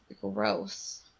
gross